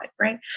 right